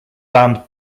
band